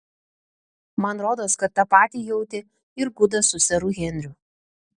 man rodos kad tą pat jautė ir gudas su seru henriu